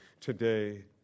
today